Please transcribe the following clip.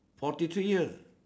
forty three years